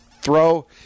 throw